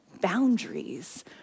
boundaries